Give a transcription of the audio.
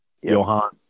Johan